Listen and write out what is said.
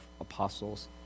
apostles